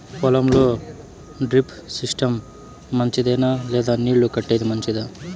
పొలం లో drip system మంచిదా లేదా నీళ్లు కట్టేది మంచిదా?